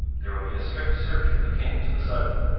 there will be a strict search for the king to the south,